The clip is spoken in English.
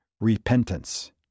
repentance